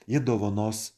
ji dovanos